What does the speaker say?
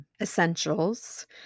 essentials